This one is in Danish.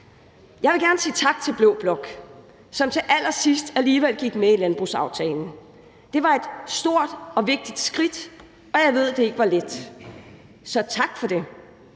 Jeg vil gerne sige tak til blå blok, som til allersidst alligevel gik med i landbrugsaftalen. Det var et stort og vigtigt skridt, og jeg ved, det ikke var let. Så tak for det.